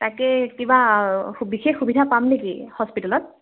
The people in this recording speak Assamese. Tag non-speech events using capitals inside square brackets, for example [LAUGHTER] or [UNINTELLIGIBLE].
তাকে কিবা [UNINTELLIGIBLE] বিশেষ সুবিধা পাম নেকি হস্পিটেলত